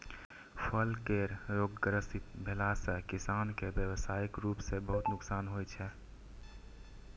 फल केर रोगग्रस्त भेला सं किसान कें व्यावसायिक रूप सं बहुत नुकसान होइ छै